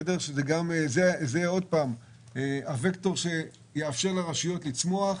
זה מה שיאפשר לרשויות לצמוח.